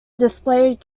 displayed